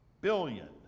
billion